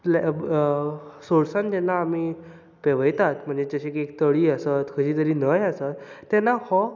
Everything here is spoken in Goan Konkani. सोर्सांत जेन्ना आमी पेंवयतात म्हणजे जशे की एक तळी आसत खंयची तरी न्हंय आसत तेन्ना हो